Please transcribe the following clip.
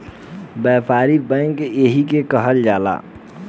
व्यापारिक बैंक एही के कहल जाला